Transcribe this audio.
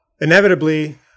inevitably